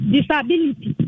Disability